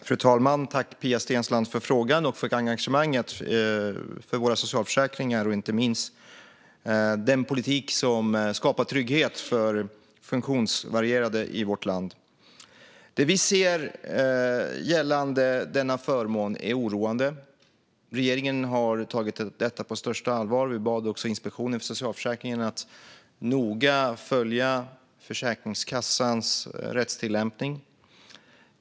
Fru talman! Tack, Pia Steensland, för frågan och för engagemanget för våra socialförsäkringar, inte minst den politik som skapar trygghet för funktionsvarierade i vårt land! Det vi ser gällande denna förmån är oroande. Regeringen har tagit detta på största allvar, och vi bad också Inspektionen för socialförsäkringen att noga följa Försäkringskassans rättstillämpning.